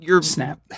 Snap